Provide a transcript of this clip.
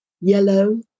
Yellow